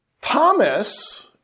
Thomas